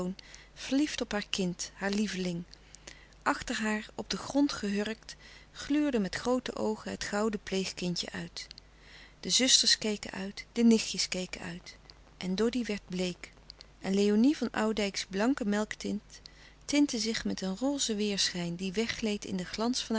verliefd op haar kind haar lieveling achter haar op den grond gehurkt gluurde met groote oogen het gouden pleegkindje uit de zusters keken uit de nichtjes keken uit en doddy werd bleek en léonie van oudijcks blanke melktint tintte zich met een rozen weêrschijn die weggleed in den glans van